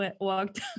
walked